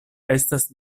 estas